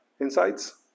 insights